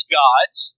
gods